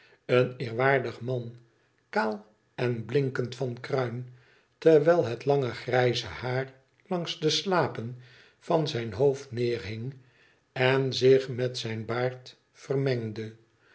een eerwaardig man kaal en blinkend van kruin terwijl het lange grijze haar langs de slapen van zijn hoofd neerhing en zich met zijn baard vermengde